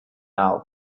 out